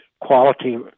quality